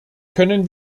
können